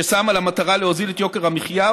ששמה לה מטרה להוריד את יוקר המחיה,